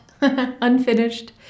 unfinished